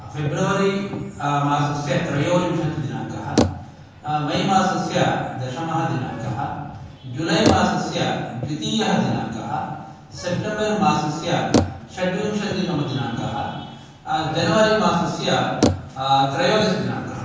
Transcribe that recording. February मासस्य त्रयोविंशति दिनाङ्कः मे मासस्य दशमः दिनाङ्कः जुलै मासस्य द्वितीयः दिनाङ्कः सप्टेम्बेर् मासस्य षड्मिंशतितम दिनाङ्कः जनवरि मासस्य त्रयोदशदिनाङ्कः